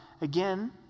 Again